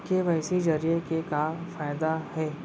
KYC जरिए के का फायदा हे?